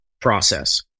process